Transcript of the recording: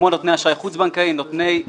כמו נותני אשראי חוץ בנקאי,